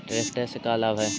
Tractor से का लाभ है?